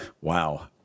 Wow